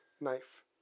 knife